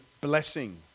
blessing